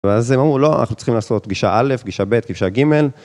אבל אז הם אמרו לא, אנחנו צריכים לעשות גישה א', גישה ב', גישה ג'.